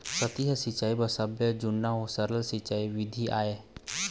सतही सिंचई ह सबले जुन्ना अउ सरल सिंचई बिधि आय